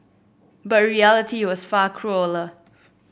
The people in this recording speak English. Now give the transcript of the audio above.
but reality was far crueller